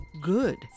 good